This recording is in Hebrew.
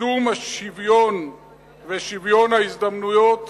קידום השוויון ושוויון ההזדמנויות,